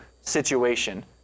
situation